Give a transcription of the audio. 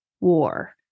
war